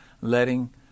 letting